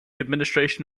administration